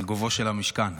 על גובהו של המשכן.